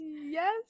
Yes